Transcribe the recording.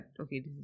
okay